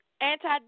anti